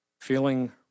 feeling